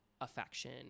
affection